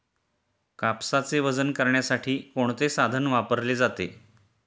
कापसाचे वजन करण्यासाठी कोणते साधन वापरले जाते?